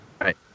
Right